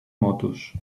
motos